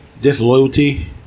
Disloyalty